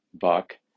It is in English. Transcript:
buck